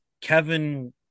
Kevin